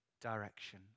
direction